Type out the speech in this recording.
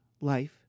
life